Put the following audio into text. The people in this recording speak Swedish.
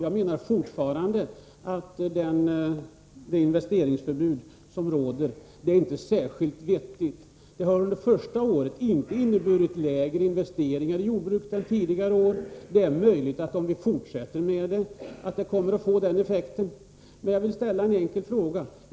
Jag menar fortfarande att det investeringsförbud som råder inte är särskilt vettigt. Det har under första året inte inneburit lägre investeringar i jordbruket än tidigare år. Det är möjligt att det kommer att få den effekten om vi fortsätter med det. Jag vill ställa en enkel fråga.